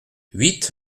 huit